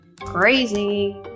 Crazy